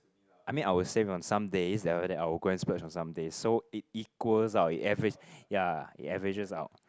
I mean I would save on some days then after that I will go and splurge on some days so it equals out it average ya it averages out